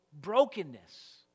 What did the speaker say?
brokenness